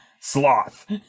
sloth